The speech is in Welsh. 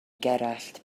gerallt